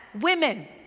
Women